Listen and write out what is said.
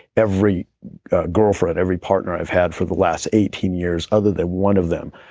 every girlfriend, every partner i've had for the last eighteen years, other than one of them,